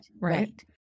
right